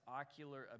ocular